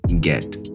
get